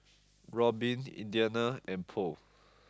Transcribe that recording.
Robin Indiana and Bo